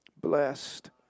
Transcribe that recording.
Blessed